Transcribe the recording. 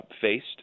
faced